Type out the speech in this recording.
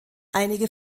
einige